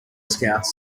scouts